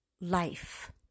life